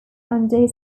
under